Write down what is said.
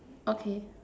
okay